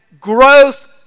growth